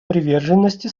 приверженности